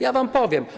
Ja wam powiem.